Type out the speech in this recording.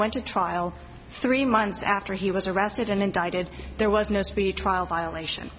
went to trial three months after he was arrested and indicted there was no speedy trial violation